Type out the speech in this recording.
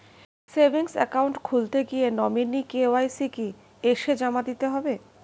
Savings account খুলতে গিয়ে nominee KYC কি এসে জমা দিতে হবে?